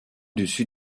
dessus